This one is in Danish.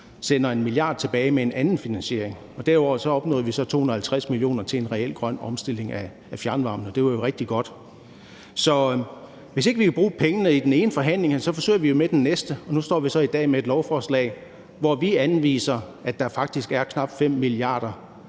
sender en milliard tilbage med en anden finansiering. Derudover opnåede vi så 250 mio. kr. til en reel grøn omstilling af fjernvarmen, og det var jo rigtig godt. Så hvis ikke vi kan bruge pengene i den ene forhandling, forsøger vi med den næste, og nu står vi så i dag med et lovforslag, hvor vi anviser, at der faktisk er knap 5 mia.